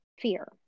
fear